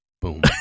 Boom